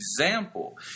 example